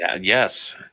yes